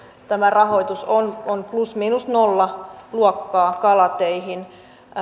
tämä rahoitus on on plus miinus nolla luokkaa kalateihin